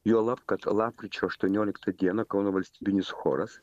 juolab kad lapkričio aštuonioliktą dieną kauno valstybinis choras